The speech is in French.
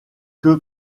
que